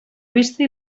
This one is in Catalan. vista